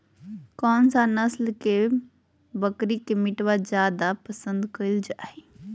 कौन सा नस्ल के बकरी के मीटबा जादे पसंद कइल जा हइ?